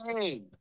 Hey